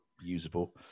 usable